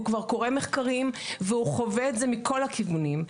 הוא קורא מחקרים והוא חווה את זה מכל הכיוונים.